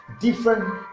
different